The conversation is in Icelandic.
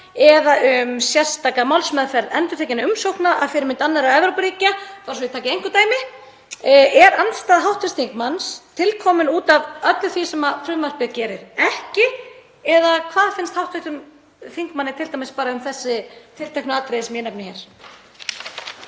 eða um sérstaka málsmeðferð endurtekinna umsókna, að fyrirmynd annarra Evrópuríkja, bara svo ég taki einhver dæmi. Er andstaða hv. þingmanns til komin út af öllu því sem frumvarpið gerir ekki? Eða hvað finnst hv. þingmanni t.d. bara um þessi tilteknu atriði sem ég nefni hér?